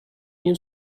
you